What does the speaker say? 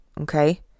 Okay